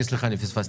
אני פספסתי.